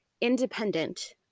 independent